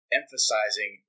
emphasizing